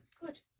Good